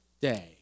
day